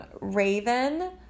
Raven